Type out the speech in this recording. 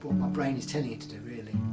my brain is telling it to do, really.